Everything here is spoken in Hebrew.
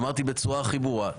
אמרתי בצורה הכי ברורה.